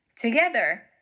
together